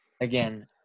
again